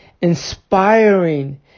inspiring